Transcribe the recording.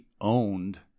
owned